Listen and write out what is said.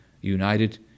united